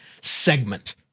segment